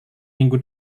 minggu